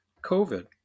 COVID